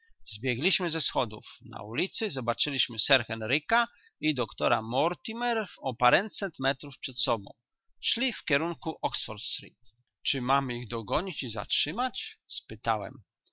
zbiegliśmy ze schodów na ulicy zobaczyliśmy sir henryka i doktora mortimer o paręset metrów przed sobą szli w kierunku oxford street czy mam ich dogonić i zatrzymać spytałem